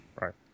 right